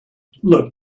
look